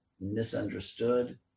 misunderstood